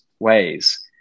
ways